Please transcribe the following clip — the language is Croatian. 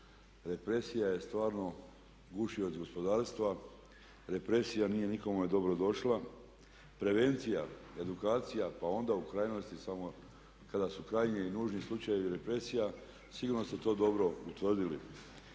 Represija je stvarno gušioc gospodarstva, represija nije nikome dobro došla. Prevencija, edukacija, pa onda u krajnosti samo kada su krajnji i nužni slučajevi represija sigurno ste to dobro utvrdili.